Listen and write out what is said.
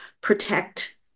protect